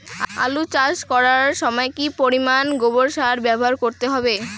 আলু চাষ করার সময় কি পরিমাণ গোবর সার ব্যবহার করতে হবে?